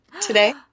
today